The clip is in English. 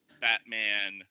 Batman